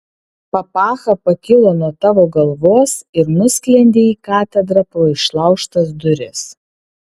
papacha pakilo nuo tavo galvos ir nusklendė į katedrą pro išlaužtas duris